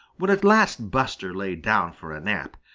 when at last buster lay down for a nap,